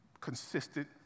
consistent